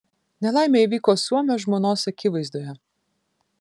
nelaimė įvyko suomio žmonos akivaizdoje